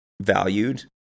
valued